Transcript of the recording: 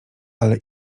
ale